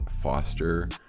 foster